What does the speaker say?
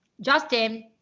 Justin